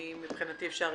מבחינתי, אפשר